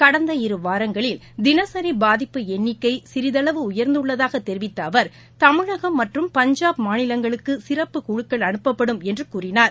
கடந்த இருவாரங்களில் தினசரிபாதிப்பு எண்ணிக்கைசிறிதளவு உயர்ந்துள்ளதாகதெரிவித்தஅவர் தமிழகம் மற்றும் பஞ்சாப் மாநிலங்களுக்குசிறப்பு குழுக்கள் அனுப்பப்படும் என்றுகூறினார்